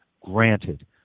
Granted